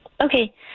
Okay